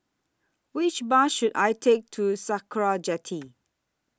Which Bus should I Take to Sakra Jetty